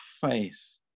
face